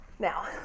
Now